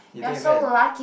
you don't even have